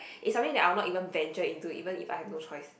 is something that I will not even venture in to even if I have no choice